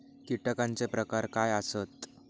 कीटकांचे प्रकार काय आसत?